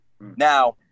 Now